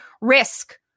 risk